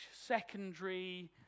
secondary